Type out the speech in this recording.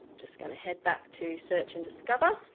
just gonna head back to search and discover.